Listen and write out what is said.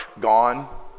Gone